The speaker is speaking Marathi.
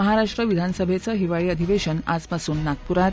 महाराष्ट्र विधी मंडळाचं हिवाळी अधिवेशन आजपासून नागपूरात